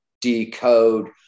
decode